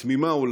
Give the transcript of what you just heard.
תמימה,